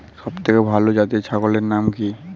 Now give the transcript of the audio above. সবথেকে ভালো জাতের ছাগলের নাম কি?